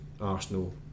Arsenal